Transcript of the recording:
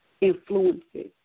influences